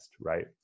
right